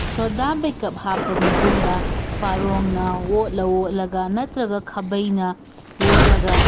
ꯁꯣꯗꯥ ꯕꯥꯏꯒꯞ ꯍꯥꯞꯄ ꯃꯇꯨꯡꯗ ꯄꯥꯔꯣꯡꯅ ꯑꯣꯠꯂ ꯑꯣꯠꯂꯒ ꯅꯠꯇ꯭ꯔꯒ ꯈꯥꯕꯩꯅ ꯑꯣꯠꯂꯒ